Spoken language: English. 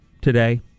today